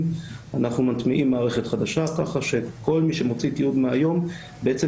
אנחנו מטמיעים מערכת חדשה ככה שכל מי שמוציא תיעוד מהיום בעצם